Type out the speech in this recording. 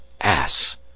Ass